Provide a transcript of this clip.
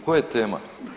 Koja je tema?